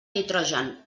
nitrogen